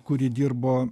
kuri dirbo